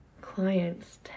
clients